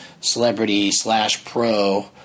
celebrity-slash-pro